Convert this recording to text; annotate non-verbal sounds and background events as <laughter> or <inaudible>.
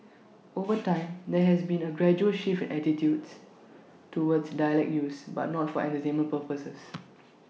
<noise> over time there has been A gradual shift attitudes towards dialect use but not for <unintelligible> purposes